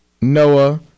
Noah